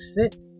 Fit